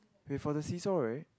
before than this story